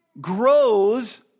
grows